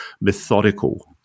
methodical